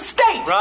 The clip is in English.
State